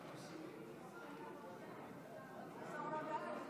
ההצבעה: 32 בעד, מתנגד אחד,